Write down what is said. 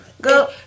go